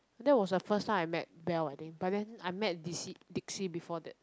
that was the first time I met Belle I think but then I met d_c dixie before that